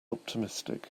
optimistic